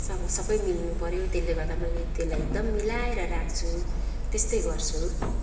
सँग सबै मिल्नुपऱ्यो त्यसले गर्दा मैले त्यसलाई एकदम मिलाएर राख्छु त्यस्तै गर्छु